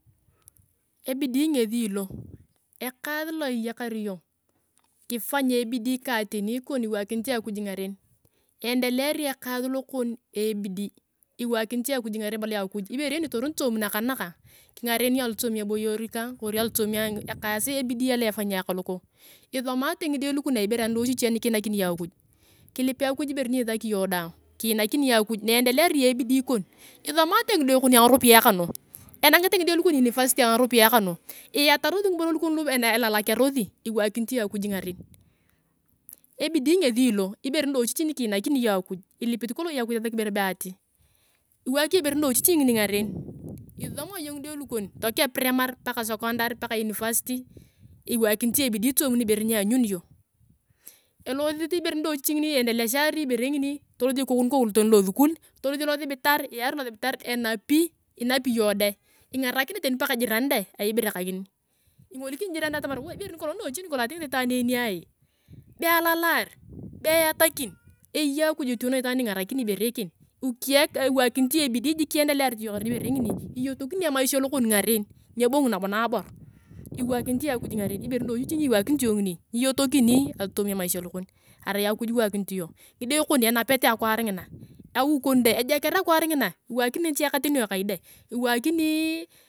Ebidii ngesi io evaas loa iyakar iyong kifang kifang atolini ohidii ka ateni kon iwakini iyong akuj ngaren ibala iyong akuj ibere eken ebidii iwarinit iyono akuj ngaren nakang kingaren iyong alootomi eboyer kang kori alootomi evaas ebidi aloefanyia kaloko isomate ngide lukon aibere anidiochichi anikinakini iyong akuj. kilip akuj ibore ni isaki iyong doang, kiinakini iyong akuj na iendelari iyong aebidii kon isomate ngide kon angoropiyae kanu, enangete ngida lukon university angaropinyae kanu, iyatarosi ngiboro lukon lu ebalakearosi iwakinit iyong wkuj ngaren. Ebidii ngesii lo, ibore nidiochichi ni kunakinit iyong akuj, ilipit kolong iyong akujibere ati, kiwak iyong ibere nidiochichi ngini ngaren, isisomae iyong ngide lukon tokea primary paka secondary paka university iwakinit iyong ebidii toomi nibere ni eanyuni iyong elosi ibere nidiochichi ngini iendeleehari ibere ngini tolosi ikoku nikon iosukul tolosio losibitar earea losibitar enapi inapi iyong dong, ingarakinea tani paka jiran deng aibere kangini. ingolikini jirani deng tamaa ibere nidiochichi nikolong atingit itaan ekenia, be alallaar, be eyatakin eyei akuj etiono itaan eken ingarakini ibere even ukieka iwakinit iyong ebidii jii iendelearit iyong ngaren ka ibere ngini iyotokini emaisha lokon ngaren nigebongi nabo naboor, iwakinit iyong akuj ngaren ibere nidiochichi ni iwakinit iyong. ngide lukon enapete akwaar ngina, awi kon dae ejeker akwar ngina, iwakini ngachie katenio kai deng iwakini.